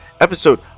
episode